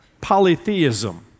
polytheism